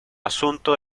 asunto